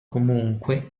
comunque